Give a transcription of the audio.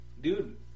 dude